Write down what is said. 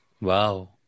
Wow